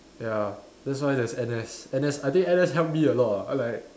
ya that's why there's N_S N_S I think N_S help me a lot ah like